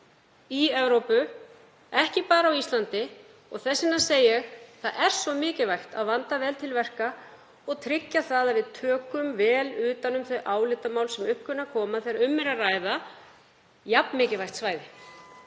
í Evrópu, ekki bara á Íslandi — að það er svo mikilvægt að vanda vel til verka og tryggja að við tökum vel utan um þau álitamál sem upp kunna að koma þegar um er að ræða jafn mikilvægt svæði.